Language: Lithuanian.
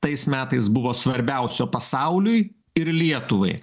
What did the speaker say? tais metais buvo svarbiausio pasauliui ir lietuvai